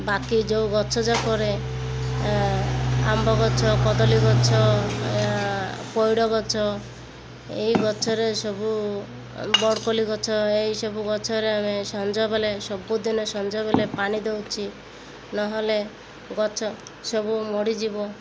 ବାକି ଯୋଉ ଗଛ ଯାକରେ ଆମ୍ବ ଗଛ କଦଳୀ ଗଛ ପଇଡ଼ ଗଛ ଏ ଗଛରେ ସବୁ ବରକୋଳି ଗଛ ଏଇସବୁ ଗଛରେ ଆମେ ସଞ୍ଜବେଳେ ସବୁଦିନେ ସଞ୍ଜବେଳେ ପାଣି ଦେଉଛେ ନହେଲେ ଗଛ ସବୁ ମରିଯିବ